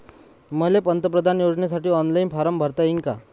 मले पंतप्रधान योजनेसाठी ऑनलाईन फारम भरता येईन का?